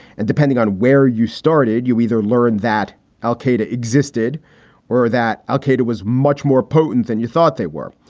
and depending on where you started, you either learned that al-qaeda existed or that al-qaeda was much more potent than you thought they were.